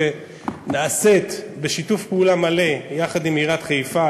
שנעשית בשיתוף פעולה מלא עם עיריית חיפה,